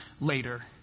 later